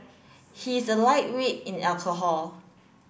he is a lightweight in alcohol